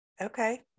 okay